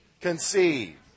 conceive